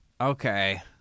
Okay